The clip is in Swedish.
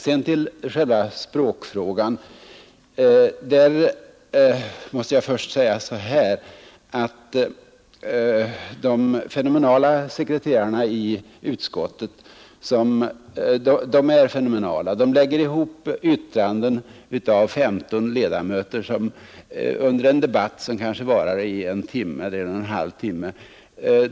Låt oss sedan gå till själva språkfrågan. Sekreterarna i utskottet är fenomenala; de lägger ihop yttranden av 15 ledamöter under en böljande debatt, som kanske varar en eller en och en halv timme.